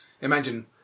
imagine